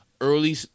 early